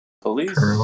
Police